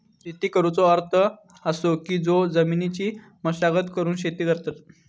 शेती करुचो अर्थ असो की जो जमिनीची मशागत करून शेती करतत